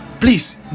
Please